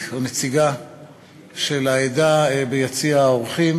נציג או נציגה של העדה ביציע האורחים.